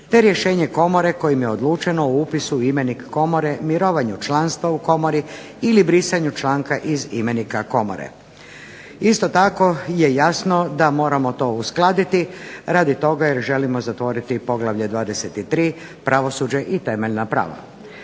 te rješenje Komora kojim je odlučeno o upisu u imenik Komore, mirovanju članstva u Komori ili brisanju članka iz imenika Komore. Isto tako je jasno da moramo to uskladiti radi toga jer želimo zatvoriti poglavlje 23.-Pravosuđe i temeljna prava.